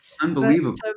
Unbelievable